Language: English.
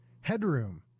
Headroom